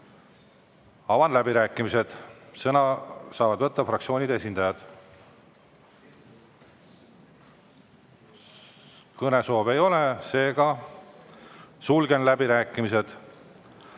Avan läbirääkimised ja sõna saavad võtta fraktsioonide esindajad. Kõnesoove ei ole, seega sulgen läbirääkimised.